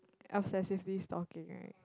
obsessively stalking right